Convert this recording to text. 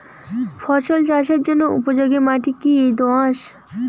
ফসল চাষের জন্য উপযোগি মাটি কী দোআঁশ?